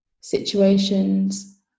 situations